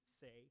say